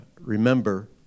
remember